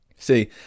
See